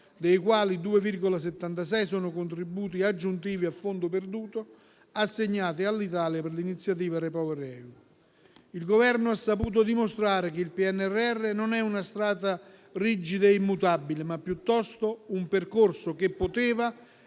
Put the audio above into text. dei quali sono contributi aggiuntivi a fondo perduto, assegnati all'Italia per l'iniziativa REPowerEU. Il Governo ha saputo dimostrare che il PNRR non è una strada rigida e immutabile, ma piuttosto un percorso che poteva